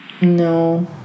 No